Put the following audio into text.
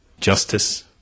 Justice